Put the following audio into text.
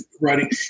writing